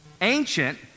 Ancient